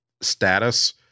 status